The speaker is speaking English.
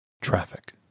traffic